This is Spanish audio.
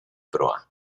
proa